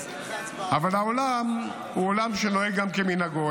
אבל העולם הוא עולם שנוהג כמנהגו.